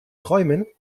träumen